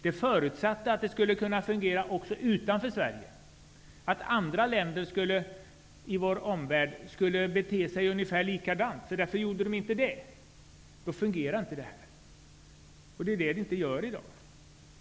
Det förutsatte att olika saker skulle fungera också utanför Sverige, att länder i vår omvärld skulle bete sig ungefär likadant. Om de inte skulle göra det, skulle det inte fungera, och det är vad som sker i dag.